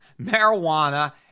marijuana